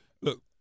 look